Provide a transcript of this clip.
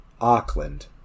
Auckland